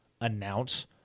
announce